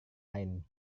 lain